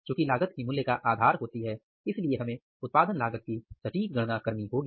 चुकी लागत ही मूल्य का आधार होती है इसलिए हमें उत्पादन लागत की सटीक गणना करनी होगी